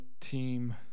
team